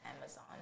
Amazon